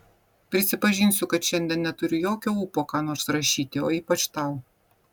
prisipažinsiu kad šiandien neturiu jokio ūpo ką nors rašyti o ypač tau